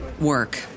work